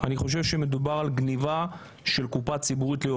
אני חושב שמדובר על גניבה לאור היום של הקופה הציבורית.